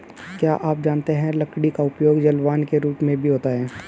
क्या आप जानते है लकड़ी का उपयोग जलावन के रूप में भी होता है?